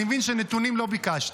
אני מבין שנתונים לא ביקשת,